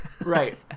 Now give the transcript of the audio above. Right